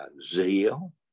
zeal